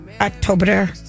October